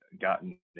gotten